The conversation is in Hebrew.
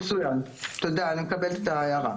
מצוין, תודה, אני מקבלת את ההערה.